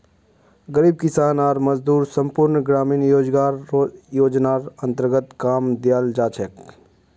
गरीब किसान आर मजदूरक संपूर्ण ग्रामीण रोजगार योजनार अन्तर्गत काम दियाल जा छेक